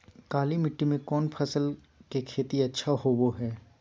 काली मिट्टी में कौन फसल के खेती अच्छा होबो है?